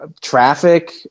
Traffic